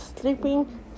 sleeping